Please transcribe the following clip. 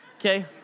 okay